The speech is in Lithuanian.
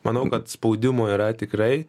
manau kad spaudimo yra tikrai